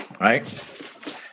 right